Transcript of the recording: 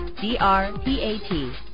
D-R-P-A-T